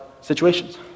situations